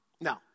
No